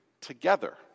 together